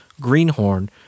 Greenhorn